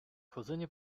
chodzenie